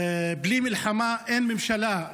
בלי מלחמה אין ממשלה.